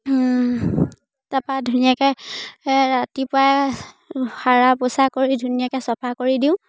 তাৰপৰা ধুনীয়াকৈ ৰাতিপুৱাই সাৰা পচা কৰি ধুনীয়াকৈ চফা কৰি দিওঁ